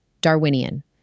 Darwinian